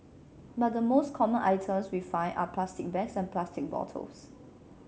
but the most common items we find are plastic bags and plastic bottles